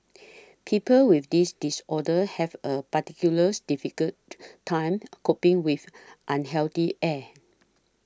people with these disorders have a particulars difficult time coping with unhealthy air